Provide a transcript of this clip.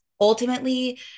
ultimately